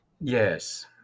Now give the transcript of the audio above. Yes